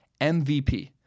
MVP